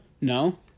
No